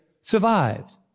survived